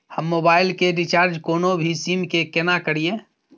हम मोबाइल के रिचार्ज कोनो भी सीम के केना करिए?